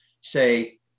say